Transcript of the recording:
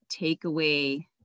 takeaway